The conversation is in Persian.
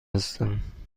هستم